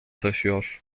taşıyor